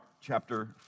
chapter